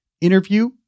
interview